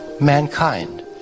mankind